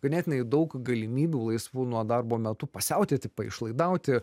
ganėtinai daug galimybių laisvu nuo darbo metu pasiautėti paišlaidauti